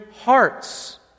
hearts